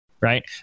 right